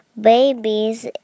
babies